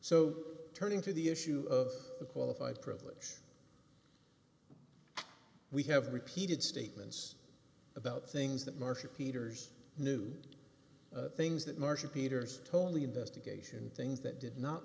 so turning to the issue of the qualified privilege we have repeated statements about things that marsha peters knew things that marsha peters tolly investigation things that did not